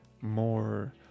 More